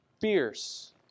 fierce